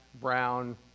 brown